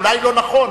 אולי לא נכון,